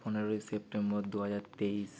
পনেরোই সেপ্টেম্বর দুহাজার তেইশ